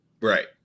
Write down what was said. Right